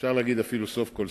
אפשר להגיד אפילו "סוף כל סוף",